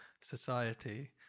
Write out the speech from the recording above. society